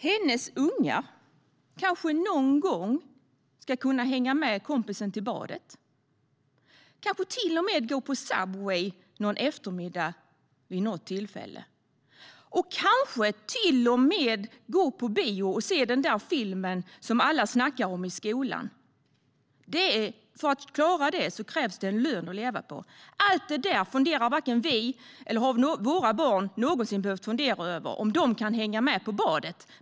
Hennes ungar kanske någon gång ska kunna hänga med kompisen till badet, kanske gå på Subway någon eftermiddag vid något tillfälle och kanske till och med gå på bio och se den där filmen som alla snackar om i skolan. För att klara det krävs det en lön att leva på. Allt det funderar vi inte på, och det har inte våra barn någonsin behövt fundera över - om de kan hänga med på badet.